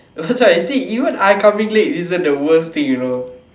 that's why you see even I coming late isn't the worst thing you know